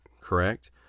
correct